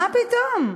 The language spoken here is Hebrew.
מה פתאום?